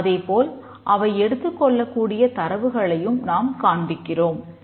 அதே போல் அவை எடுத்துக் கொள்ளக்கூடிய தரவுகளையும் நாம் காண்பிக்கிறோம்